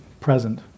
present